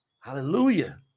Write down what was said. Hallelujah